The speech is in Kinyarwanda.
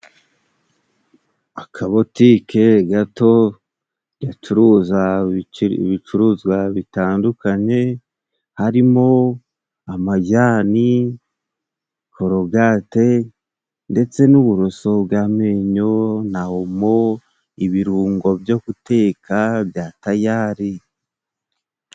Akabotike gato gacuruza ibicuruzwa, bitandukanye harimo amajyani, korogate ndetse n'uburoso bw'amenyo, na omo ibirungo byo guteka bya tayari.